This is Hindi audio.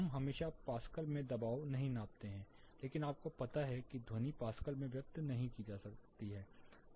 हम हमेशा पास्कल में दबाव नहीं मापते हैं लेकिन आपको पता है कि ध्वनि पास्कल में व्यक्त नहीं की जाती है